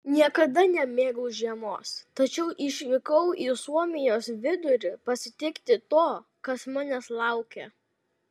niekada nemėgau žiemos tačiau išvykau į suomijos vidurį pasitikti to kas manęs laukė